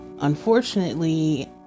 unfortunately